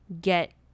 get